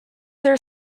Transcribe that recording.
their